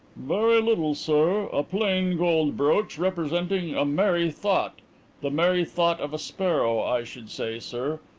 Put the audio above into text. very little, sir. a plain gold brooch representing a merry-thought the merry-thought of a sparrow, i should say, sir.